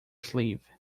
sleeve